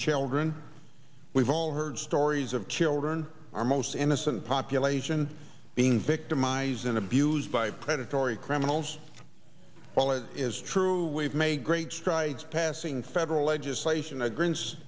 children we've all heard stories of children our most innocent population being victimized and abused by predatory criminals while it is true we've made great strides passing federal legislation ag